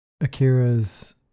Akira's